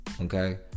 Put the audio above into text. Okay